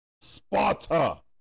Sparta